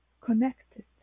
connected